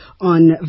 on